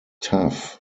tough